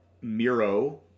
Miro